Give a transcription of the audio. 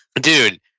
Dude